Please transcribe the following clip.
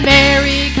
Mary